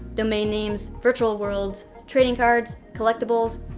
domain names, virtual worlds, trading cards, collectibles,